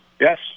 Yes